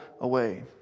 away